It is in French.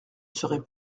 serez